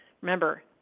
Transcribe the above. Remember